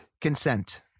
Consent